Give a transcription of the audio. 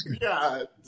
God